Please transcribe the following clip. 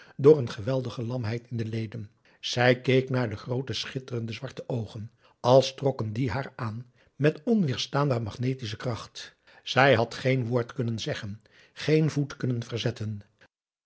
door een geweldige lamheid in de leden zij keek naar de groote glinsterende zwarte oogen als trokken die haar aan met onweerstaanbaar magnetische kracht zij had geen woord kunnen zeggen geen voet kunnen verzetten